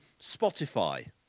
Spotify